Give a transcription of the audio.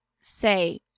say